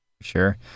Sure